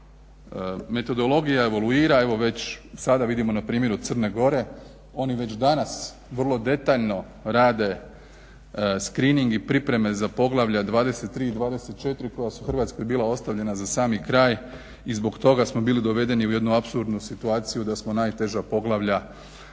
Metodologija evaluira evo već sada vidimo na primjeru Crne Gore, oni već danas vrlo detaljno rade screening i pripreme za poglavlja 23. i 24. koja su Hrvatskoj bila ostavljena za sami kraj i zbog toga smo bili dovedeni u jednu apsurdnu situaciju, da smo najteža poglavlja